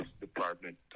department